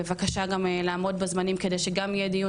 בבקשה גם לעמוד בזמנים כדי שגם יהיה דיון